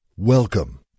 Welcome